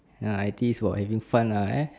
ya I_T_E is for having fun eh